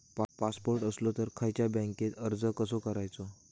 Passport असलो तर खयच्या बँकेत अर्ज कसो करायचो?